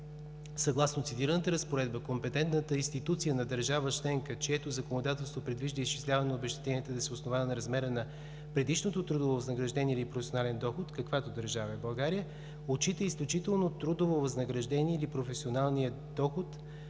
Съгласно цитираната разпоредба компетентната институция на държава членка, чието законодателство предвижда изчисляване на обезщетенията да се основава на размера на предишното трудово възнаграждение или професионален доход, каквато държава е България, отчита изключително трудово възнаграждение или професионалния доход,